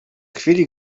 chwili